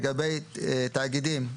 לגבי תאגידים,